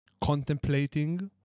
contemplating